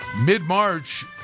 mid-March